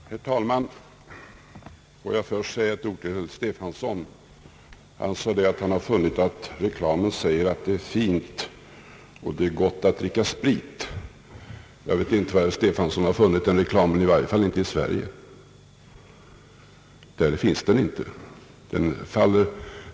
Herr talman! Får jag först säga ett ord till herr Stefanson. Han har funnit att reklamen säger att det är »fint och gott» att dricka sprit. Jag vet inte var herr Stefanson har funnit den reklamen. I varje fall har han inte funnit den i Sverige. Där finns den inte!